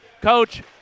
Coach